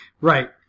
Right